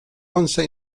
once